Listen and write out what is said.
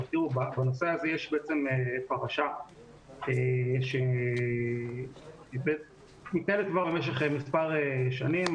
בנושא הזה יש בעצם פרשה שנטענת כבר במשך מספר שנים,